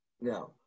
Now